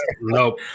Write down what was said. Nope